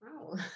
Wow